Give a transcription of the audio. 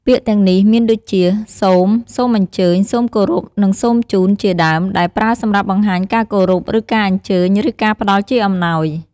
ពាក្យទាំងនេះ មានដូចជា សូម, សូមអញ្ជើញ, សូមគោរព, និង សូមជូន ជាដើម ដែលប្រើសម្រាប់បង្ហាញការគោរព ឬការអញ្ជើញ ឬការផ្តល់ជាអំណោយ។